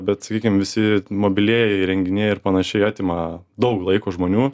bet sakykim visi mobilieji įrenginiai ir panašiai atima daug laiko žmonių